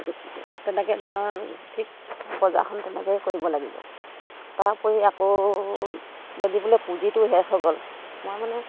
তেনেকে ধৰণৰ ঠিক বজাৰখন তেনেকেই কৰিব লাগিব তাৰোপৰি আকৌ যদি বোলে পুঁজিটো শেষ হৈ গ'ল মই মানে